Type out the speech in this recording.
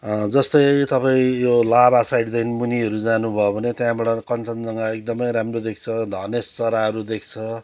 जस्तै तपाईँ यो लाभा साइडदेखि मुनिहरू जानुभयो भने त्यहाँबाट कञ्चनजङ्गा एकदमै राम्रो देख्छ धनेश चराहरू देख्छ